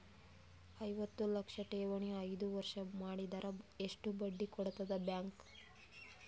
ಐವತ್ತು ಲಕ್ಷ ಠೇವಣಿ ಐದು ವರ್ಷ ಮಾಡಿದರ ಎಷ್ಟ ಬಡ್ಡಿ ಕೊಡತದ ಬ್ಯಾಂಕ್?